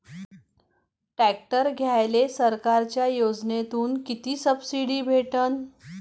Tractor घ्यायले सरकारच्या योजनेतून किती सबसिडी भेटन?